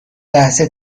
لحظه